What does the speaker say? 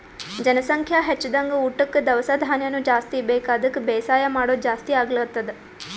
ಜನಸಂಖ್ಯಾ ಹೆಚ್ದಂಗ್ ಊಟಕ್ಕ್ ದವಸ ಧಾನ್ಯನು ಜಾಸ್ತಿ ಬೇಕ್ ಅದಕ್ಕ್ ಬೇಸಾಯ್ ಮಾಡೋದ್ ಜಾಸ್ತಿ ಆಗ್ಲತದ್